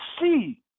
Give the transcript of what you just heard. see